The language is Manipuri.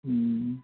ꯎꯝ